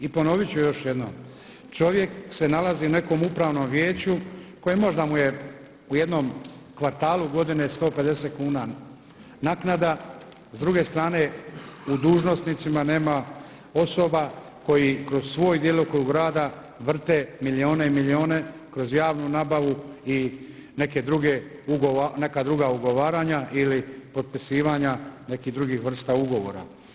I ponoviti ću još jednom, čovjek se nalazi na nekom upravnom vijeću koje možda mu je u jednom kvartalu godine 150 kuna naknada, s druge strane u dužnosnicima nema osoba koji kroz svoj djelokrug rada vrte milijune i milijune kroz javnu nabavu i neke druge, neka druga ugovaranja ili potpisivanja nekih drugih vrsta ugovora.